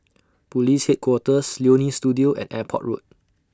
Police Headquarters Leonie Studio and Airport Road